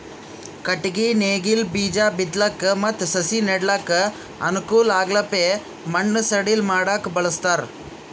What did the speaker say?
ಕಟ್ಟಗಿ ನೇಗಿಲ್ ಬೀಜಾ ಬಿತ್ತಲಕ್ ಮತ್ತ್ ಸಸಿ ನೆಡಲಕ್ಕ್ ಅನುಕೂಲ್ ಆಗಪ್ಲೆ ಮಣ್ಣ್ ಸಡಿಲ್ ಮಾಡಕ್ಕ್ ಬಳಸ್ತಾರ್